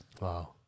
wow